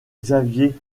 xavier